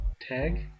tag